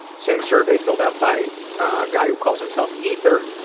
same survey, filled out by a guy who calls himself ether.